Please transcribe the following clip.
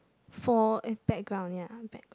fore~ eh background ya back